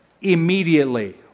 immediately